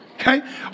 Okay